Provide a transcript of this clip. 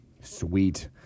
Sweet